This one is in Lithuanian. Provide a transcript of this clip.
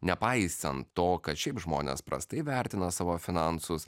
nepaisant to kad šiaip žmonės prastai vertina savo finansus